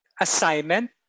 assignment